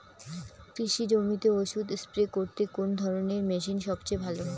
কৃষি জমিতে ওষুধ স্প্রে করতে কোন ধরণের মেশিন সবচেয়ে ভালো?